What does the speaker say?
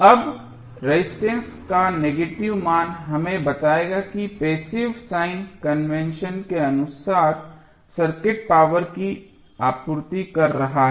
अब रेजिस्टेंस का नेगेटिव मान हमें बताएगा कि पैसिव साइन कन्वेंशन के अनुसार सर्किट पावर की आपूर्ति कर रहा है